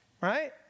right